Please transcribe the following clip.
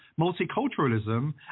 multiculturalism